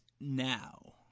now